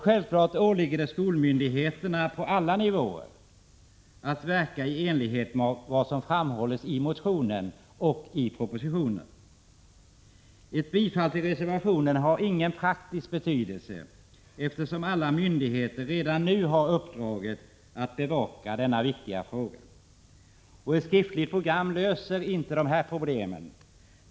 Självfallet åligger det skolmyndigheterna på alla nivåer att verka i enlighet med vad som framhållits i motionen och i propositionen. Ett bifall till motionen har ingen praktisk betydelse, eftersom alla myndigheter redan nu har i uppdrag att bevaka denna viktiga fråga. Ett skriftligt program löser inte dessa problem.